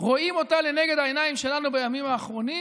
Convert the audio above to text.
רואים אותה לנגד העיניים שלנו בימים האחרונים,